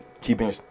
keeping